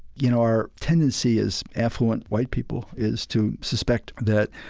you know our tendency as affluent white people is to suspect that,